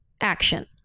action